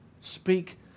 speak